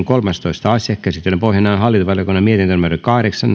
kolmastoista asia käsittelyn pohjana on hallintovaliokunnan mietintö kahdeksan